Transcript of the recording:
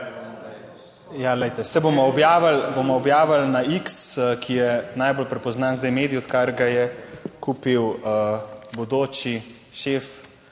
bomo objavili, bomo objavili na X, ki je najbolj prepoznan zdaj medij odkar ga je kupil bodoči šef